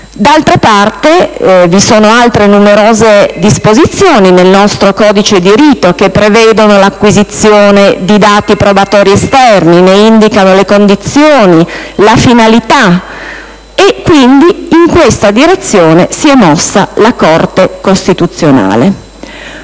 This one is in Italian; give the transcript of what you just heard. D'altra parte, vi sono altre numerose disposizioni nel nostro codice di rito che prevedono l'acquisizione di dati probatori esterni, ne indicano le condizioni, la finalità, e quindi in questa direzione si è mossa la Corte costituzionale.